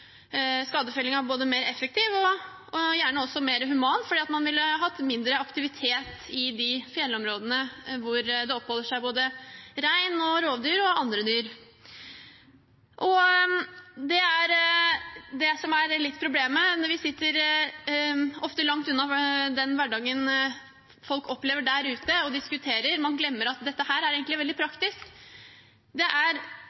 både mer effektiv og gjerne også mer human, for man ville hatt mindre aktivitet i de fjellområdene hvor det oppholder seg både rein og rovdyr og andre dyr. Det er det som er litt av problemet når vi sitter og diskuterer, ofte langt unna den hverdagen folk opplever der ute. Man glemmer at dette egentlig er veldig praktisk. Det er